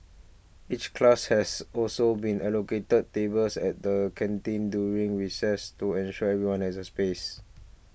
each class has also been allocated tables at the canteen during recess to ensure everyone has a space